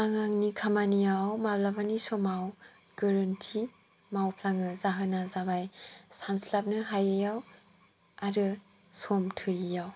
आं आंनि खामानियाव मालाबानि समाव गोरोन्थि मावफ्लांयो जाहोना जाबाय सानस्लाबनो हायैआव आरो सम थोयैआव